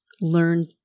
learn